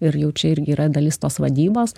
ir jau čia irgi yra dalis tos vadybos